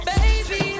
Baby